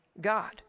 God